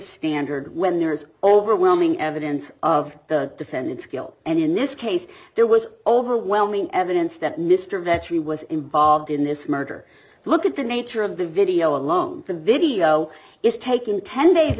standard when there is overwhelming evidence of the defendant's guilt and in this case there was overwhelming evidence that mr vetri was involved in this murder look at the nature of the video alone the video is taken ten days